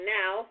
now